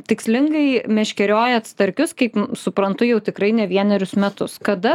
tikslingai meškeriojat starkius kaip suprantu jau tikrai ne vienerius metus kada